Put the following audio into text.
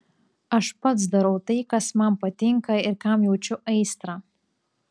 aš pats darau tai kas man patinka ir kam jaučiu aistrą